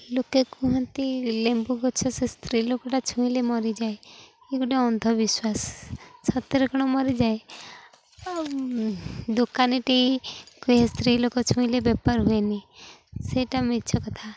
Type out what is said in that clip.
ଲୋକେ କୁହନ୍ତି ଲେମ୍ବୁ ଗଛ ସେ ସ୍ତ୍ରୀ ଲୋକଟା ଛୁଇଁଲେ ମରିଯାଏ ଏ ଗୋଟେ ଅନ୍ଧବିଶ୍ୱାସ ସତରେ କ'ଣ ମରିଯାଏ ଦୋକାନୀଟି କୁହେ ସ୍ତ୍ରୀ ଲୋକ ଛୁଇଁଲେ ବେପାର ହୁଏନି ସେଇଟା ମିଛ କଥା